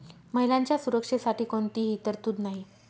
महिलांच्या सुरक्षेसाठी कोणतीही तरतूद नाही